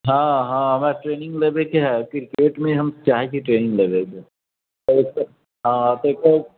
हँ हँ हमरा ट्रेनिंग लेबेके है क्रिकेट मे हम चाहै छी ट्रेनिंग लेबेके हँ तऽ एकर